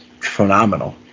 phenomenal